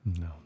no